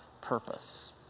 purpose